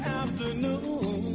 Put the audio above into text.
afternoon